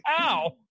ow